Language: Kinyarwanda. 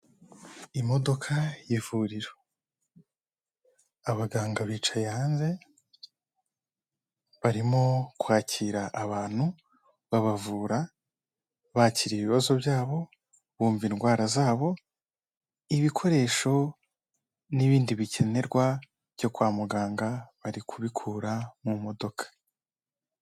Imodoka y'ivuriro, abaganga bicaye hanze, barimo kwakira abantu babavura, bakira ibibazo byabo, bumva indwara zabo, ibikoresho n'ibindi bikenerwa byo kwa muganga bari kubikura mu modoka.